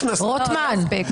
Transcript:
61?